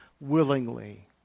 willingly